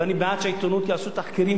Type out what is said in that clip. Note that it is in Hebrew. ואני בעד שבעיתונות יעשו תחקירים,